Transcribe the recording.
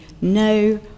no